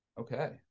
Okay